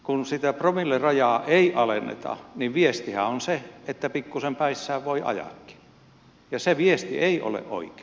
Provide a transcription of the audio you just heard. kun sitä promillerajaa ei alenneta niin viestihän on se että pikkusen päissään voi ajaakin ja se viesti ei ole oikea